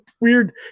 weird